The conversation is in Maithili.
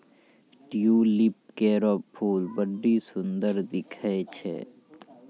ट्यूलिप केरो फूल बड्डी सुंदर दिखै छै